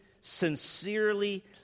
sincerely